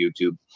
YouTube